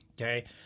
okay